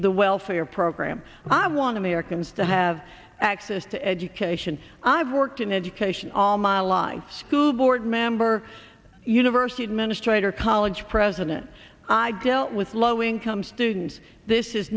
the welfare program i want americans to have access to education i've worked in education all my life school board member university administrator college president i dealt with low income students this is